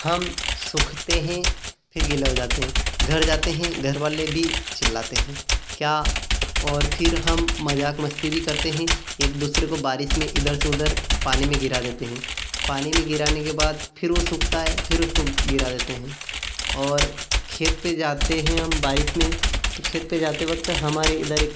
हम सूखते हैं फिर गीले हो जाते हैं घर जाते ही घर वाले भी चिल्लाते हैं क्या और फिर हम मज़ाक मस्ती भी करते हैं एक दूसरे को बारिश में इधर से उधर पानी में गिरा देते हैं पानी में गिराने के बाद फिर वो सूखता है फिर उसको गिरा देते हैं और खेत पर जाते हैं हम बारिश में तो खेत पर जाते वक़्त हमारे इधर एक